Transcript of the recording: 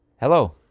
Hello